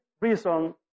reason